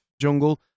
Jungle